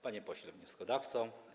Panie Pośle Wnioskodawco!